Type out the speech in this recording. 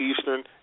Eastern